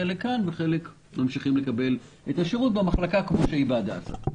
אלינו וחלק ממשיכים לקבל את השירות במחלקה בהדסה.